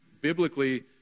biblically